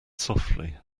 softly